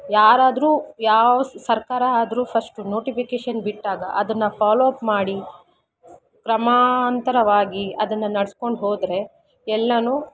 ಯಾರಾದ್ರೂ ಯಾವ ಸರ್ಕಾರ ಆದರೂ ಫಸ್ಟು ನೋಟಿಫಿಕೇಶನ್ ಬಿಟ್ಟಾಗ ಅದನ್ನು ಫಾಲೋ ಅಪ್ ಮಾಡಿ ಕ್ರಮಾಂತರವಾಗಿ ಅದನ್ನು ನಡ್ಸ್ಕೊಂಡು ಹೋದರೆ ಎಲ್ಲವೂ